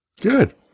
Good